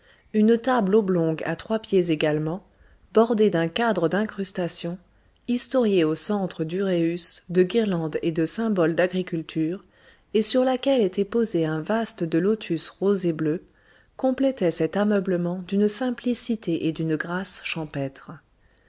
une table oblongue à trois pieds également bordée d'un cadre d'incrustations historiée au centre d'uræus de guirlandes et de symboles d'agriculture et sur laquelle était posé un vase de lotus roses et bleus complétaient cet ameublement d'une simplicité et d'une grâce champêtres